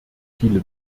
viele